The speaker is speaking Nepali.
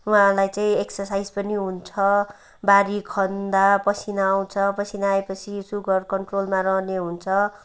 उहाँलाई चाहिँ एकसर्साइज पनि हुन्छ बारी खन्दा पसिना आउँछ पसिना आएपछि सुगर कन्ट्रोलमा रहने हुन्छ